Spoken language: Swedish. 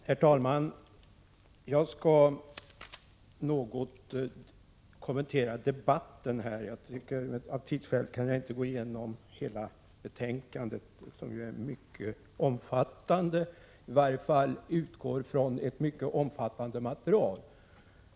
Herr talman! Jag skall något kommentera denna debatt. Av tidsskäl kan jag inte gå igenom hela betänkandet, som ju är mycket omfattande. I varje fall utgår man från ett mycket omfattande material.